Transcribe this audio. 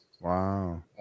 wow